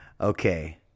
Okay